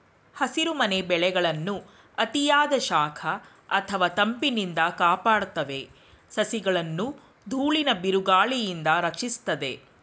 ಹಸಿರುಮನೆ ಬೆಳೆಗಳನ್ನು ಅತಿಯಾದ ಶಾಖ ಅಥವಾ ತಂಪಿನಿಂದ ಕಾಪಾಡ್ತವೆ ಸಸಿಗಳನ್ನು ದೂಳಿನ ಬಿರುಗಾಳಿಯಿಂದ ರಕ್ಷಿಸ್ತದೆ